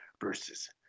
versus